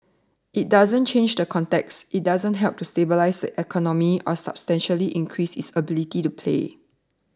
it doesn't change the context it doesn't help to stabilise the economy or substantially increase its ability to pay